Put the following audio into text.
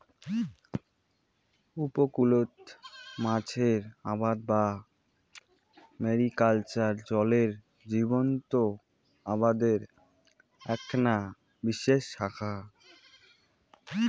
উপকূলত মাছের আবাদ বা ম্যারিকালচার জলের জীবজন্ত আবাদের এ্যাকনা বিশেষ শাখা